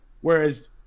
Whereas